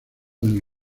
del